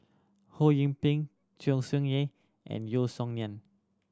Ho Yee Ping Tsung Yeh and Yeo Song Nian